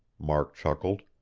mark chuckled.